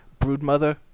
Broodmother